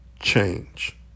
change